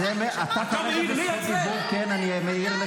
אז אתה כרגע בזכות דיבור, כן אני אעיר לך.